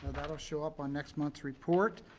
that'll show up on next month's report.